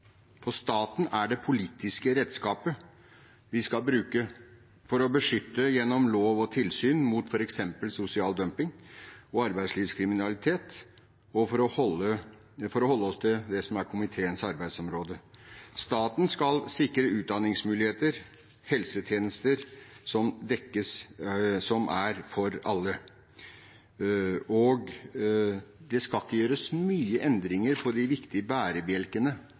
For staten er det politiske redskapet vi skal bruke for å beskytte, gjennom lov og tilsyn, mot f.eks. sosial dumping og arbeidslivskriminalitet – for å holde oss til det som er komiteens arbeidsområde. Staten skal sikre utdanningsmuligheter og helsetjenester for alle. Det skal ikke gjøres mange endringer i de viktige bærebjelkene